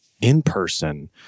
in-person